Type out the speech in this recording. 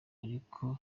ariko